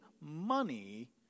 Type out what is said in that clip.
money